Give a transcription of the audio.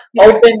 Open